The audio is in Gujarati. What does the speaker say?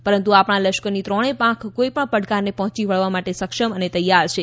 પરંતુ આપણા લશ્કરની ત્રણેય પાંખ કોઈપણ પડકારને પહોંચી વળવા માટે સક્ષમ અને તૈયાર છે